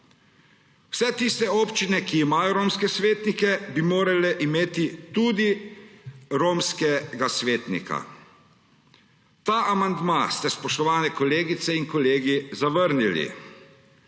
Vse tiste občine, ki imajo romske skupnosti, bi morale imeti tudi romskega svetnika. Ta amandma ste, spoštovane kolegice in kolegi, zavrnili.